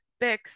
Bix